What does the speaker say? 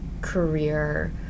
career